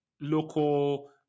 local